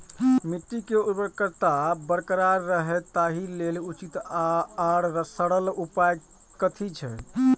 मिट्टी के उर्वरकता बरकरार रहे ताहि लेल उचित आर सरल उपाय कथी छे?